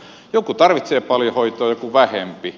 joku tarvitsee paljon hoitoa joku vähempi